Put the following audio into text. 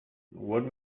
what